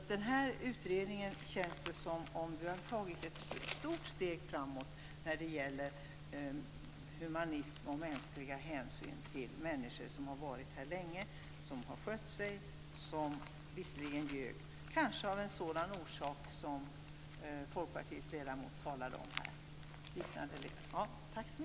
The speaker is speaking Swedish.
Med den här utredningen känns det som om vi har tagit ett stort steg framåt när det gäller humanism och mänskliga hänsyn till människor som har varit här länge, som har skött sig, som visserligen ljög, kanske av en sådan orsak som Folkpartiets ledamot talade om.